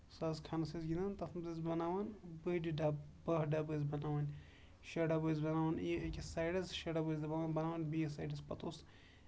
سَزٕ کھنَس ٲسۍ گِندان تَتھ منٛز ٲسۍ بَناوان بٔڑۍ ڈبہٕ باہ ڈبہٕ ٲسۍ بَناوان شیٚے ڈبہٕ ٲسۍ بَناوان ییٚکیاہ سایڈس شیٚے ڈَبہٕ ٲسۍ دباوان بَناوان بیٚیِس سایڈَس پَتہٕ اوس